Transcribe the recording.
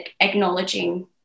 acknowledging